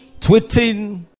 tweeting